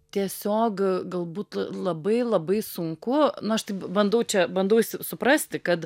tiesiog galbūt labai labai sunku nu aš taip bandau čia bandau suprasti kad